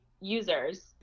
users